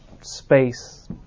space